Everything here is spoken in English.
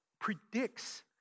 predicts